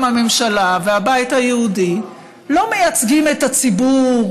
הממשלה והבית היהודי לא מייצגים את הציבור,